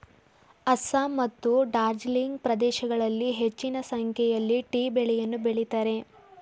ಅಸ್ಸಾಂ ಮತ್ತು ಡಾರ್ಜಿಲಿಂಗ್ ಪ್ರದೇಶಗಳಲ್ಲಿ ಹೆಚ್ಚಿನ ಸಂಖ್ಯೆಯಲ್ಲಿ ಟೀ ಬೆಳೆಯನ್ನು ಬೆಳಿತರೆ